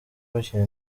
bakina